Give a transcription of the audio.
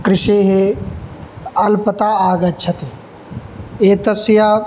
कृषेः अल्पता आगच्छति एतस्य